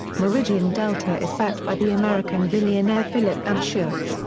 meridian delta is backed by the american billionaire philip anschutz,